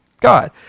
God